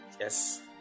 Yes